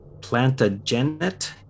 Plantagenet